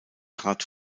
trat